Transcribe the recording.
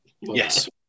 yes